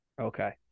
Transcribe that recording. Okay